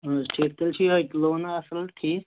اَہَن حظ ٹھیٖک تیٚلہِ چھُ یِہے لون اصٕل ٹھیٖک